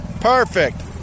Perfect